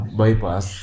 bypass